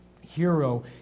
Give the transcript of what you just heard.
hero